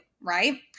right